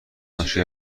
ناشی